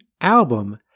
album